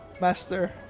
Master